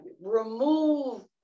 remove